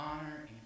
honor